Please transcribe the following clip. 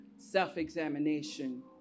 Self-examination